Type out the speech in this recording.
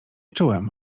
czułem